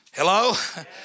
Hello